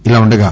ఇలా ఉండగా